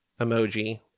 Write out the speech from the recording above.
emoji